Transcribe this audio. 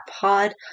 pod